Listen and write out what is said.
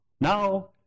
Now